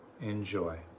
enjoy